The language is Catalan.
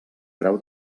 grau